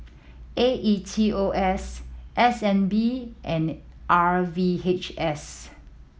A E T O S S N B and R V H S